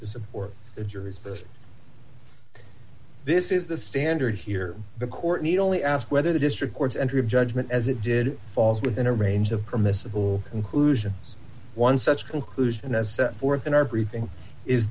to support the jury's best this is the standard here the court need only ask whether the district court's entry of judgment as it did falls within a range of permissible conclusion one such conclusion as set forth in our briefing is